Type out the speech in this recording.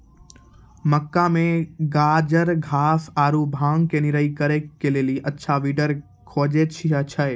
मक्का मे गाजरघास आरु भांग के निराई करे के लेली अच्छा वीडर खोजे छैय?